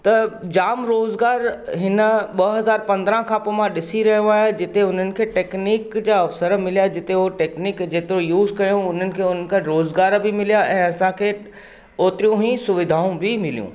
त जाम रोज़गार हिन ॿ हज़ार पंद्रहं खां पोइ मां ॾिसी रहियो आहियां जिते हुननि खे टेकनीक जा अवसर मिलिया जिते ओ टेकनीक जेतिरो यूज़ कयो हुननि खे हुनखे रोज़गार बि मिलिया ऐं असांखे ओतिरियूं ई सुविधाऊं बि मिलियूं